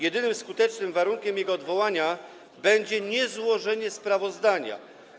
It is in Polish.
Jedynym skutecznym warunkiem jego odwołania będzie niezłożenie sprawozdania.